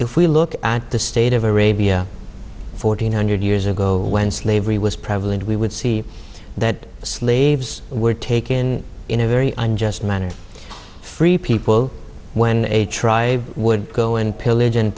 if we look at the state of arabia fourteen hundred years ago when slavery was prevalent we would see that slaves were taken in a very unjust manner free people when a tribe would go and pillag